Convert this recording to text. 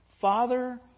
Father